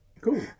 cool